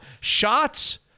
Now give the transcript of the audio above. Shots